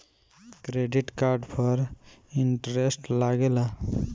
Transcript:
Credit card पर interest लागेला?